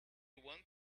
one